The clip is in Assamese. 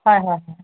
হয় হয়